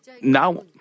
now